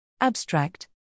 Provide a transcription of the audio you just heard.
Abstract